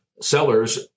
sellers